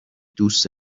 دوست